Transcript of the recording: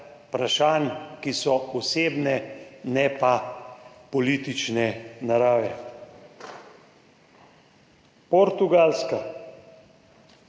vprašanj, ki so osebne, ne pa politične narave. Portugalska,